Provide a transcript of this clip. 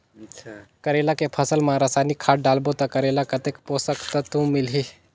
करेला के फसल मा रसायनिक खाद डालबो ता करेला कतेक पोषक तत्व मिलही?